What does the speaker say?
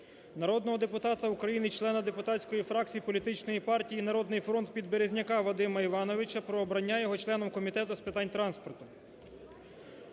Народного депутата України, члена депутатської фракції Політичної партії "Народний фронт" Підберезняка Вадима Івановича про обрання його членом Комітету з питань транспорту.